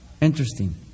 Interesting